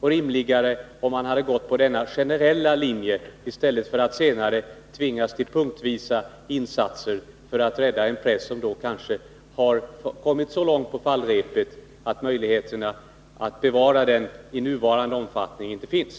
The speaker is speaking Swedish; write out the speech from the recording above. och rimligare om man hade gått på denna generella linje, i stället för att senare tvingas till punktvisa insatser för att rädda en press som då kanske har kommit så långt på fallrepet att möjligheterna att bevara den i nuvarande omfattning inte finns.